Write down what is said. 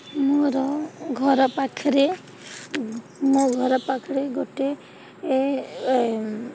ମୋର ଘର ପାଖରେ ମୋ ଘର ପାଖରେ ଗୋଟେ